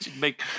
Make